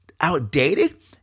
outdated